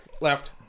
Left